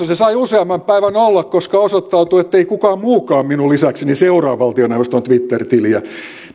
se sai useamman päivän olla koska osoittautui ettei kukaan muukaan minun lisäkseni seuraa valtioneuvoston twitter tiliä